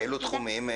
באלו תחומים?